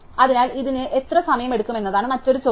അതിനാൽ ഇതിന് എത്ര സമയമെടുക്കുമെന്നതാണ് മറ്റൊരു ചോദ്യം